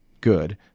good